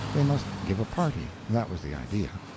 they must give a party that was the idea.